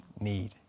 need